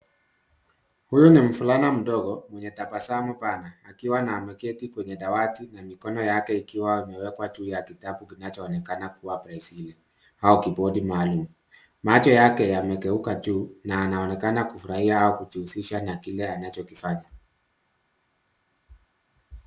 Huyu ni mvulana mdogo mwenye tabasamu pana akiwa ameketi kwenye dawati na mikono yake ikiwa imewekwa juu ya kitabu kinachoonekana kuwa Braille au kibodi maalum. Macho yake yamegeuka juu na anaonekana kufurahia kujihusisha na kile anachokifanya.